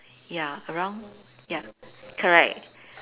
ya around ya correct